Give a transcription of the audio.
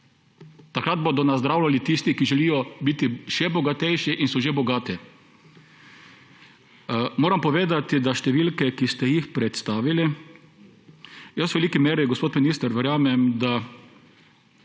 Takrat bodo nazdravljali tisti, ki želijo biti še bogatejši in so že bogati. Moram povedati, da številke, ki ste jih predstavili, v veliki meri, gospod minister, verjamem, da